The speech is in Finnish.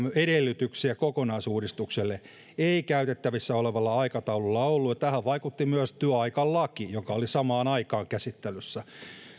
edellytyksiä kokonaisuudistukselle ei käytettävissä olevalla aikataululla ollut ja tähän vaikutti myös työaikalaki joka oli samaan aikaan käsittelyssä